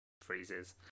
freezes